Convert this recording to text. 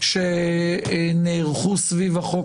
שנערכו סביב החוק